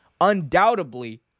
undoubtedly